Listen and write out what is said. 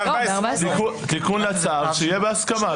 תיקון לצו שיהיה בהסכמה.